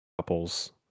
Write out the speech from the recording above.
couples